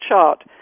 chart